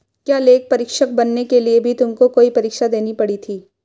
क्या लेखा परीक्षक बनने के लिए भी तुमको कोई परीक्षा देनी पड़ी थी?